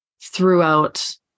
throughout